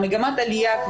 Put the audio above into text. מגמת עלייה.